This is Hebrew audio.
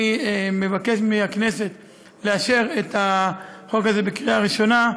אני מבקש מהכנסת לאשר את החוק הזה בקריאה ראשונה.